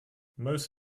most